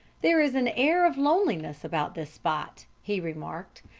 there is an air of loneliness about this spot, he remarked,